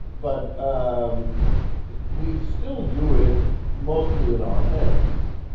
but um and we still do it mostly in our heads,